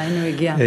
הנה הוא הגיע,